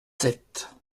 sept